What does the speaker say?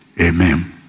amen